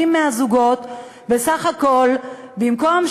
הזוגות האלה במהלך התקופה של הטיפולים,